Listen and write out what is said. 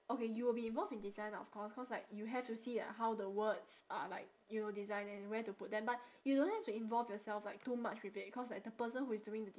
okay you will be involved in design of course cause like you have to see like how the words are like you know designed and where to put them but you don't have to involve yourself like too much with it cause like the person who is doing the